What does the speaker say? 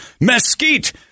mesquite